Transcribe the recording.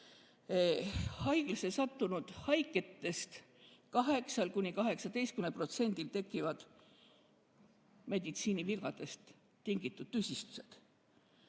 haiglasse sattunud haigetest 8–18%‑l tekivad meditsiinivigadest tingitud tüsistused.